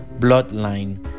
Bloodline